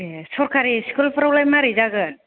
ए सरकारि स्कुलफ्रावलाय मारै जागोन